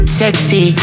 sexy